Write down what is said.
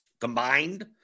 combined